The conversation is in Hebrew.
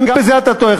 גם בזה אתה טועה,